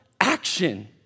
action